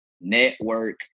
network